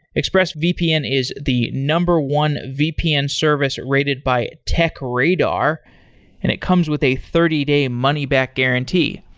expressvpn is the number one vpn service rated by techradar, and it comes with a thirty day money back guarantee.